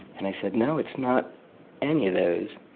and i said, no, it's not any of those.